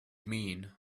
mean